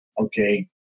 Okay